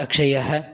अक्षयः